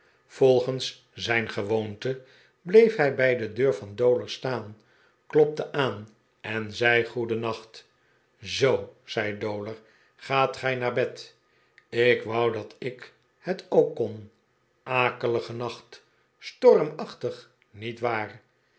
volgens zijn gewoonte bleef hij bij de deur van dowler staan klopte aan en zei goedennacht zoo zei dowler gaat gij naar bed k wou dat ik het ook kon akelige nacht stormachtig niet waar